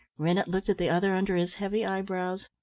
rennett looked at the other under his heavy eyebrows.